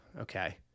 okay